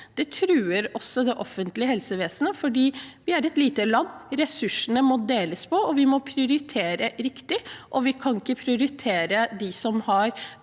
truer også det offentlige helsevesenet, for vi er et lite land, ressursene må deles på, og vi må prioritere riktig. Vi kan ikke prioritere dem som har